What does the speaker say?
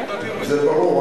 זה ברור,